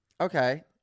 Okay